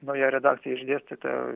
nauja redakcija išdėstyta